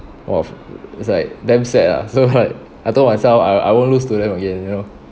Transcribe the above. !wah! it's like damn sad ah so like I told myself I I won't lose to them again you know